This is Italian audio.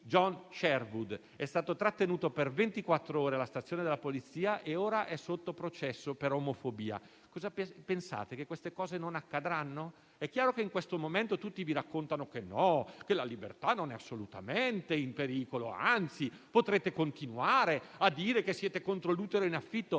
John Sherwood, che è stato trattenuto per ventiquattr'ore alla stazione della polizia e ora è sotto processo per omofobia. Pensate forse che queste cose non accadranno? È chiaro che in questo momento tutti vi raccontano che la libertà non è assolutamente in pericolo e, anzi, potrete continuare a dire di essere contro l'utero in affitto.